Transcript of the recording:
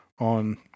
on